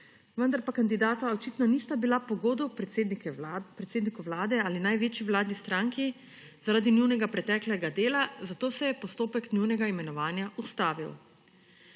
Vendar pa kandidata očitno nista bila pogodu predsedniku Vlade ali največji vladni stranki zaradi njunega preteklega dela, zato se je postopek njunega imenovanja ustavil.